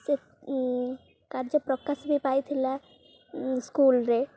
ସେ କାର୍ଯ୍ୟପ୍ରକାଶ ବି ପାଇଥିଲା ସ୍କୁଲ୍ରେ